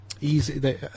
easy